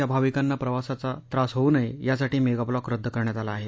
या भावकांना प्रवासाचा त्रास होऊ नये यासाठी मेगाब्लॉक रद्द करण्यात आला आहे